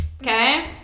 Okay